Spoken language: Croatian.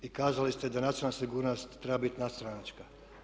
I kazali ste da nacionalna sigurnost treba biti nadstranačka.